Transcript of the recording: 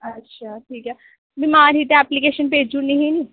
अच्छा ठीक ऐ बीमार ही ते ऐप्लीकेशन भेजी ओड़नी ही नी